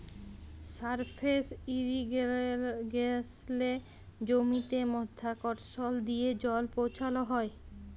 surface ইরিগেসলে জমিতে মধ্যাকরসল দিয়ে জল পৌঁছাল হ্যয়